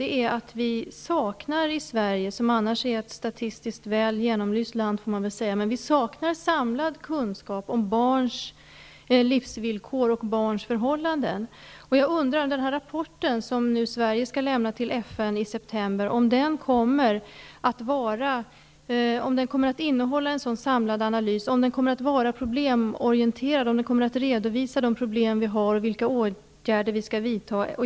Det är att vi i Sverige, som annars är ett statistiskt väl genomlyst land, får man nog säga, saknar samlad kunskap om barns livsvillkor och barns förhållanden. Jag undrar om rapporten som Sverige skall lämna till FN i september kommer att innehålla en samlad analys, om den kommer att vara problemorienterad, om den kommer att redovisa de problem vi har och vilka åtgärder vi skall vidta.